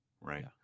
right